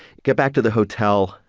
get back to the hotel,